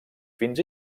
fins